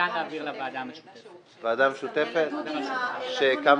הועברה על